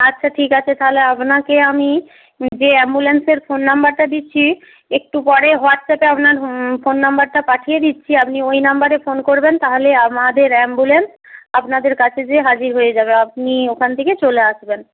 আচ্ছা ঠিক তাহলে আপনাকে আমি যে অ্যাম্বুলেন্সের ফোন নাম্বারটা দিচ্ছি একটু পরে হোয়াটসঅ্যাপে আপনার ফোন নাম্বারটা পাঠিয়ে দিচ্ছি আপনি ওই নম্বরে ফোন করবেন তাহলেই আমাদের অ্যাম্বুলেন্স আপনাদের কাছে যেয়ে হাজির হয়ে যাবে আপনি ওখান থেকে চলে আসবেন